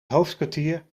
hoofdkwartier